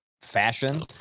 fashion